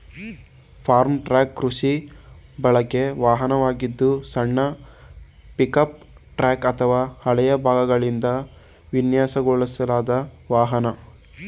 form truck ಕೃಷಿ ಬಳಕೆ ವಾಹನವಾಗಿದ್ದು ಸಣ್ಣ ಪಿಕಪ್ ಟ್ರಕ್ ಅಥವಾ ಹಳೆಯ ಭಾಗಗಳಿಂದ ವಿನ್ಯಾಸಗೊಳಿಸಲಾದ ವಾಹನ